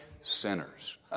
sinners